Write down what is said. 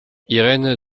irène